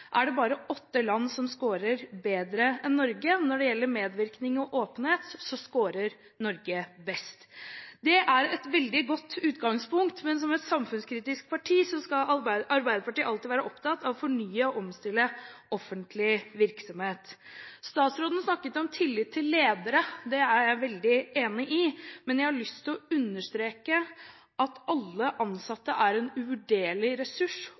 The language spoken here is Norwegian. er det bare åtte land som skårer bedre enn Norge. Når det gjelder medvirkning og åpenhet, skårer Norge best. Det er et veldig godt utgangspunkt, men som et samfunnskritisk parti skal Arbeiderpartiet alltid være opptatt av å fornye og omstille offentlig virksomhet. Statsråden snakket om viktigheten av tillit til ledere. Det er jeg veldig enig i, men jeg har lyst til å understreke at alle ansatte er en uvurderlig ressurs